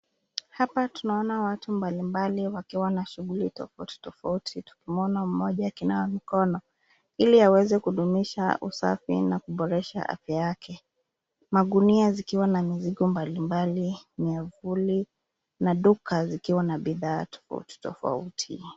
Hapa tunaona watu mbalimbali wakiwa na shughuli tofauti tofauti. Umeona mmoja akinawa mkono ili aweze kudumisha usafi na kuboresha afya yake. Magunia zikiwa na mizigo mbalimbali, miavuli na duka likiwa na bidhaa tofauti tofauti.